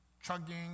chugging